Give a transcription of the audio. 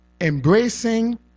embracing